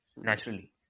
Naturally